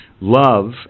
love